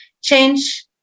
change